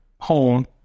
home